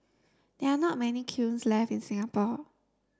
there are not many kilns left in Singapore